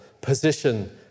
position